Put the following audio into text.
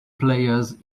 players